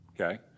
okay